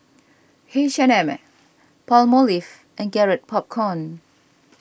H and M Palmolive and Garrett Popcorn